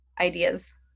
ideas